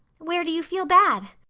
where do you feel bad?